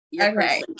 Okay